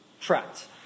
trapped